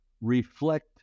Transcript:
reflect